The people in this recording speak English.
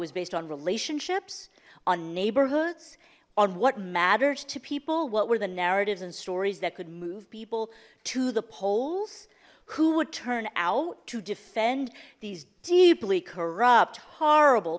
was based on relationships on neighborhoods on what matters to people what were the narratives and stories that could move people to the polls who would turn out to defend these deeply corrupt horrible